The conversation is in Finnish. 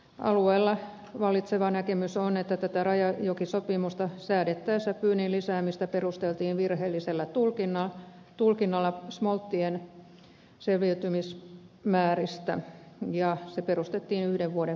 alueella vallitseva näkemys on että tätä rajajokisopimusta säädettäessä pyynnin lisäämistä perusteltiin virheellisellä tulkinnalla smolttien selviytymismääristä ja se perustettiin yhden vuoden kokemukseen